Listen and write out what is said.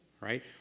right